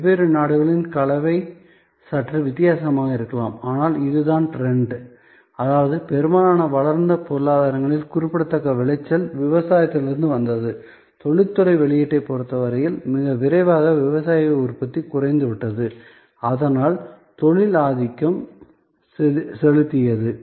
வெவ்வேறு நாடுகளில் கலவை சற்று வித்தியாசமாக இருக்கலாம் ஆனால் இதுதான் ட்ரெண்ட் அதாவது பெரும்பாலான வளர்ந்த பொருளாதாரங்களில் குறிப்பிடத்தக்க விளைச்சல் விவசாயத்தில் இருந்து வந்தது தொழில்துறை வெளியீட்டைப் பொறுத்தவரை மிக விரைவாக விவசாய உற்பத்தி குறைந்துவிட்டது அதனால் தொழில் ஆதிக்கம் செலுத்தியது